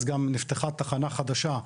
גם נפתחה תחנה חדשה,